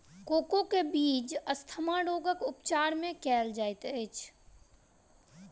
cocoa के बीज asthma रोगक उपचार मे कयल जाइत अछि